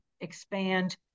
expand